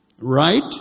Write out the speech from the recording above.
Right